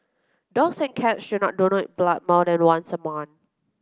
dogs and cats should not donate blood more than once a month